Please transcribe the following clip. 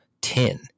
Ten